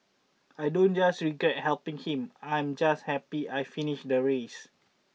I don't just regret helping him I'm just happy I finished the race